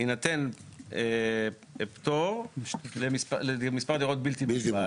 יינתן פטור למספר דירות בלתי מוגבל.